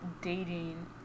dating